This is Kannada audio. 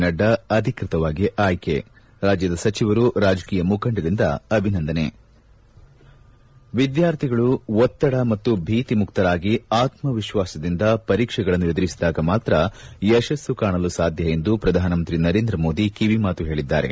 ನಡ್ಡಾ ಅಧಿಕೃತವಾಗಿ ಆಯ್ಕೆ ರಾಜ್ಯದ ಸಚಿವರು ರಾಜಕೀಯ ಮುಖಂಡರಿಂದ ಅಭಿನಂದನೆ ವಿದ್ವಾರ್ಥಿಗಳು ಒತ್ತಡ ಮತ್ತು ಭೀತಿ ಮುಕ್ತರಾಗಿ ಆತ್ಪವಿಶ್ವಾಸದಿಂದ ಪರೀಕ್ಷೆಗಳನ್ನು ಎದುರಿಸಿದಾಗ ಮಾತ್ರ ಯಶಸ್ಸು ಕಾಣಲು ಸಾಧ್ಯ ಎಂದು ಪ್ರಧಾನಮಂತ್ರಿ ನರೇಂದ್ರ ಮೋದಿ ಕಿವಿಮಾತು ಹೇಳಿದ್ದಾರೆ